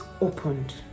opened